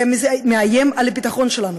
זה מאיים על הביטחון שלנו,